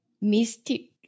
mystic